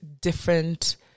different